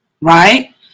Right